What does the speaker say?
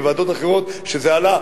בוועדות אחרות שזה עלה,